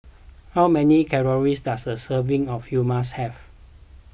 how many calories does a serving of Hummus have